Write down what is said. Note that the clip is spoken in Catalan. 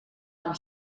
amb